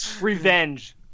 Revenge